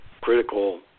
critical